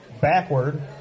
backward